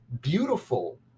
Beautiful